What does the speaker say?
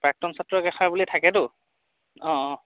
প্ৰাক্তন ছাত্ৰৰ একাষাৰ বুলি থাকেতো অঁ অঁ